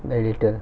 very little